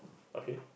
okay